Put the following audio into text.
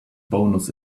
bonus